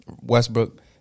Westbrook